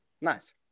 Nice